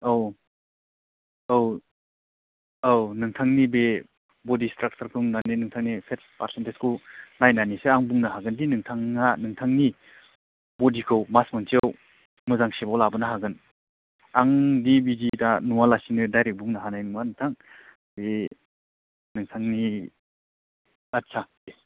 औ औ औ नोंथांनि बे बडि स्ट्राक्सारखौ नुनानै नोंथांनि फेट्स फारसेनटेजखौ नायनानैसो आं बुंनो हागोनदि नोंथाङा नोंथांनि बडिखौ मास मोनसेआव मोजां सेपआव लाबोनो हागोन आं दि बिदि दा नुवालासिनो दाइरेक्ट बुंनो हानाय नङा नोंथां बे नोंथांनि बाथ्रा दे